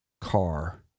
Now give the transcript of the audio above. car